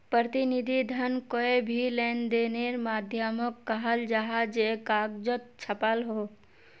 प्रतिनिधि धन कोए भी लेंदेनेर माध्यामोक कहाल जाहा जे कगजोत छापाल हो